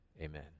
amen